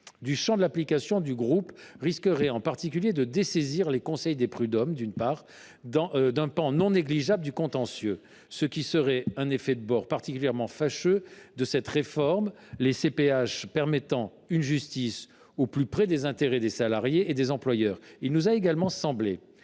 de l’action de groupe risquerait en particulier de dessaisir les conseils de prud’hommes de pans non négligeables du contentieux, ce qui serait un effet de bord particulièrement fâcheux de cette réforme, les prud’hommes rendant la justice au plus près des intérêts des salariés et des employeurs. Il nous a également semblé,